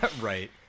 Right